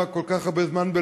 ולמה כל כך הרבה זמן,